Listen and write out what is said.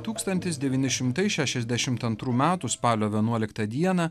tūkstantis devyni šimtai šešiasdešimt antrų metų spalio vienuoliktą dieną